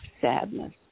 sadness